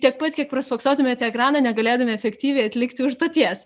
tiek pat kiek paspoksotumėte į ekraną negalėdami efektyviai atlikti užduoties